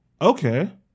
okay